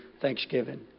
Thanksgiving